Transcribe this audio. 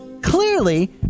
clearly